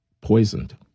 poisoned